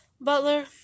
Butler